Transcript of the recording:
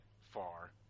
far